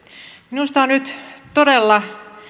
minusta on nyt todella